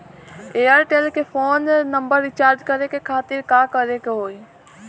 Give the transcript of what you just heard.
Airtel के phone number recharge करे के खातिर का करे के होई?